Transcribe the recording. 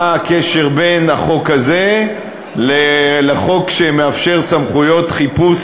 מה הקשר בין החוק הזה לחוק שמאפשר סמכויות חיפוש